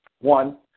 One